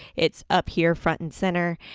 it's up here front and center,